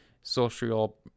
social